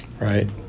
right